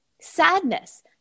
sadness